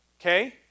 Okay